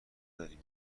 داری